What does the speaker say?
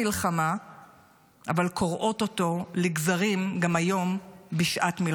אוהב את המפלגה או את האנשים שאיתם גדלת.